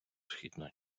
східна